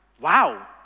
wow